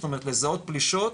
זאת אומרת לזהות פלישות